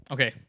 Okay